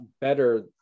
better